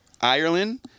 Ireland